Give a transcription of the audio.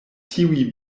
tiuj